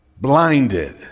blinded